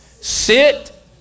Sit